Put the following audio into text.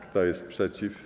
Kto jest przeciw?